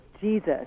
Jesus